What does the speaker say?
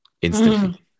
instantly